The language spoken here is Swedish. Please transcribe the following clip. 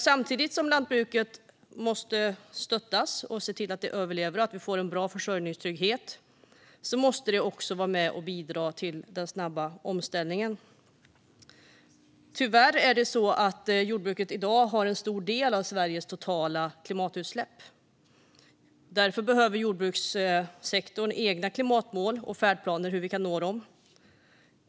Samtidigt som vi måste stötta lantbruket och se till att det överlever, liksom att vi får en bra försörjningstrygghet, måste det vara med och bidra till den snabba omställningen. Tyvärr är det så att jordbruket i dag står för en stor del av Sveriges totala klimatutsläpp. Därför behöver jordbrukssektorn egna klimatmål och färdplaner för hur de ska uppnås.